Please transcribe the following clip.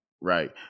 Right